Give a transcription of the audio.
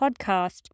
podcast